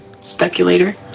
Speculator